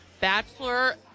bachelor